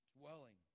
dwelling